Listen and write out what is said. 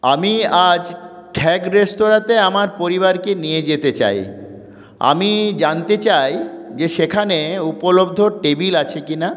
আমি আজ খ্যাগ রেস্তোরাঁতে আমার পরিবারকে নিয়ে যেতে চাই আমি জানতে চাই যে সেখানে উপলব্ধ টেবিল আছে কি না